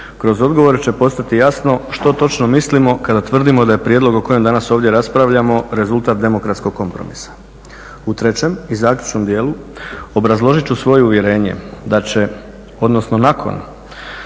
kroz odgovore će postati jasno što točno mislimo kada tvrdimo da je prijedlog o kojem danas ovdje raspravljamo rezultat demokratskog kompromisa. U trećem i zaključnom dijelu, obrazložit ću svoje uvjerenje da će odnosno nakon